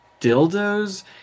dildos